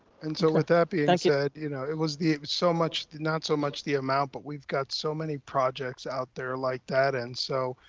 and so with that being like yeah said, you know, it was the so much, not so much the amount, but we've got so many projects out there like that. and so,